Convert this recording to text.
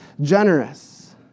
generous